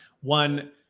one